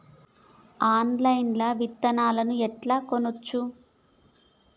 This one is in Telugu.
ఆన్లైన్ లా విత్తనాలను ఎట్లా కొనచ్చు?